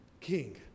king